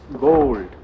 gold